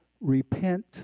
repent